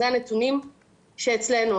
אלה הנתונים שאצלנו.